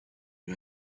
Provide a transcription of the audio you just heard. you